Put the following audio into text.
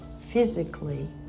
physically